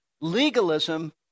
legalism